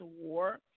war